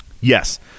yes